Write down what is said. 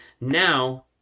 now